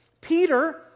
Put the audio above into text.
Peter